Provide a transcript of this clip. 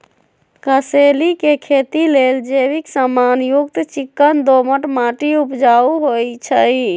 कसेलि के खेती लेल जैविक समान युक्त चिक्कन दोमट माटी उपजाऊ होइ छइ